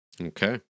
Okay